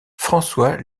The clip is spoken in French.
françois